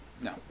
No